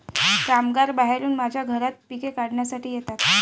कामगार बाहेरून माझ्या घरात पिके काढण्यासाठी येतात